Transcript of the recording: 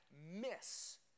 miss